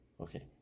Okay